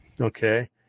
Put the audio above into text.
Okay